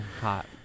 Hot